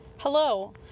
Hello